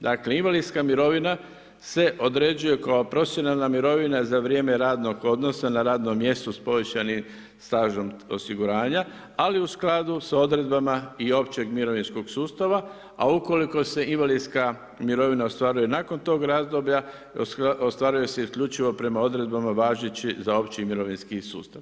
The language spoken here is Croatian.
Dakle, invalidska mirovina se određuje kao profesionalna mirovina za vrijeme radnog odnosa na radnom mjestu s povećanim stažom osiguranja, ali u skladu s odredbama i općeg mirovinskog sustava, a ukoliko se invalidska mirovina ostvaruje nakon tog razdoblja, ostvaruje se isključivo prema odredbama važećih za opći mirovinski sustav.